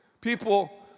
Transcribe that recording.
People